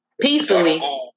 Peacefully